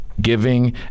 giving